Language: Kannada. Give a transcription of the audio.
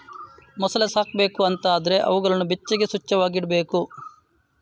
ಮೊಸಳೆ ಸಾಕ್ಬೇಕು ಅಂತ ಆದ್ರೆ ಅವುಗಳನ್ನ ಬೆಚ್ಚಗೆ, ಸ್ವಚ್ಚವಾಗಿ ಇಡ್ಬೇಕು